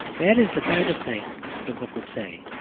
that is the kind of thing the book would say,